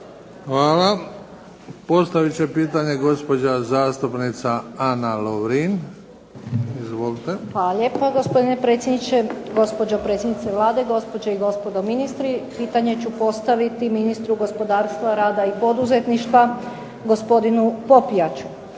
Hvala. Postavit će pitanje gospođa zastupnica Ana Lovrin. Izvolite. **Lovrin, Ana (HDZ)** Hvala lijepa gospodine predsjedniče, gospođo predsjednice Vlade, gospođe i gospodo ministri. Pitanje ću postaviti ministru gospodarstva, rada i poduzetništva, gospodinu Popijaču.